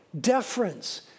deference